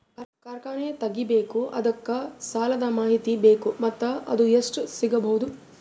ಕಾರ್ಖಾನೆ ತಗಿಬೇಕು ಅದಕ್ಕ ಸಾಲಾದ ಮಾಹಿತಿ ಬೇಕು ಮತ್ತ ಅದು ಎಷ್ಟು ಸಿಗಬಹುದು?